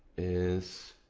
is